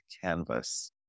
canvas